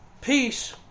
peace